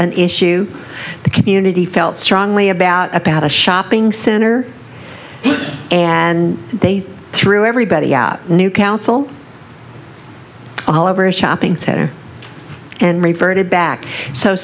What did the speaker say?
an issue the community felt strongly about about a shopping center and they threw everybody out new council all over a shopping center and reverted back so